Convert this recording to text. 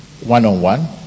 one-on-one